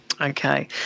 Okay